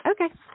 Okay